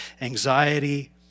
anxiety